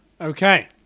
Okay